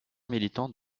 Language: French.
militant